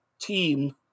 team